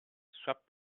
swept